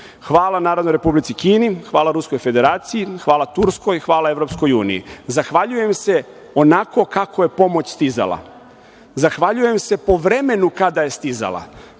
Hvala Narodnoj republici Kini, hvala Ruskoj Federaciji, hvala Turskoj, hvala EU. Zahvaljujem se onako kako je pomoć stizala. Zahvaljujem se po vremenu kada je stizala.